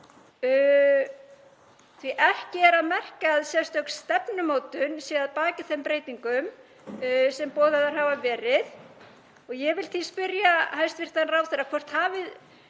að ekki er að merkja að sérstök stefnumótun sé að baki þeim breytingum sem boðaðar hafa verið. Ég vil því spyrja hæstv. ráðherra hvort farið